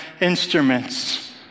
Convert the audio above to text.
instruments